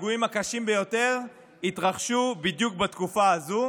הפיגועים הקשים ביותר התרחשו בדיוק בתקופה הזאת.